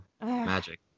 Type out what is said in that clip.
magic